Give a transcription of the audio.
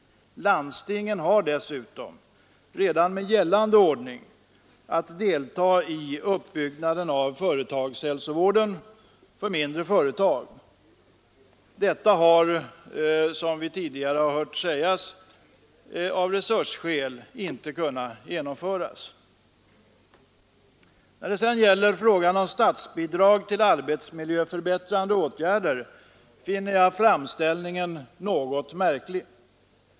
Landstingen har dessutom redan med gällande ordning att delta i uppbyggnaden av företagshälsovården i mindre företag. Detta har, såsom vi tidigare här har hört sägas, av resursskäl inte kunnat genomföras. När det sedan gäller frågan om statsbidrag till arbetsmiljöförbättrande åtgärder finner jag den framställningen något märklig.